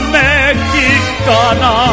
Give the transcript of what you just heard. mexicana